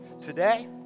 Today